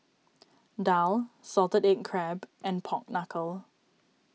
Daal Salted Egg Crab and Pork Knuckle